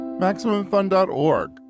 MaximumFun.org